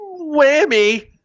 whammy